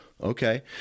Okay